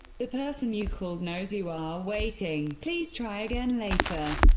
the person you called knows you are waiting please try again later.